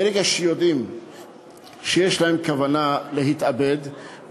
ברגע שיודעים שיש להם כוונה להתאבד,